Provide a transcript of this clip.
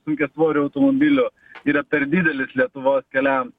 sunkiasvorių automobilių yra per didelis lietuvos keliams